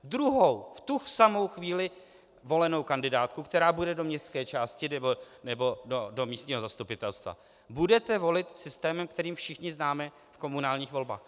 Druhou, v tu samou chvíli volenou kandidátku, která bude do městské části nebo do místního zastupitelstva, budete volit systémem, který všichni známe z komunálních voleb.